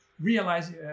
realize